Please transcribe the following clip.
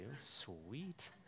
Sweet